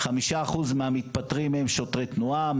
5% מהמתפטרים הם שוטרי תנועה,